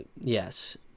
yes